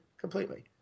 completely